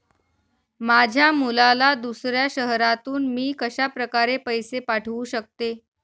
माझ्या मुलाला दुसऱ्या शहरातून मी कशाप्रकारे पैसे पाठवू शकते?